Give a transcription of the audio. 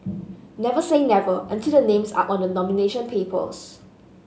never say never until the names are on the nomination papers